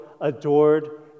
adored